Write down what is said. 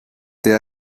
der